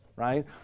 right